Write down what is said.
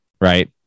right